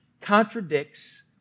contradicts